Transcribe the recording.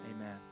Amen